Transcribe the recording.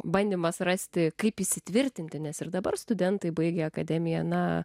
bandymas rasti kaip įsitvirtinti nes ir dabar studentai baigę akademiją na